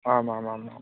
आमामामाम्